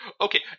Okay